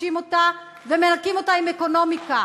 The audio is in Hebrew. משבשים אותה ומנקים אותה עם אקונומיקה,